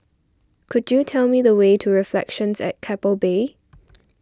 could you tell me the way to Reflections at Keppel Bay